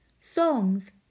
Songs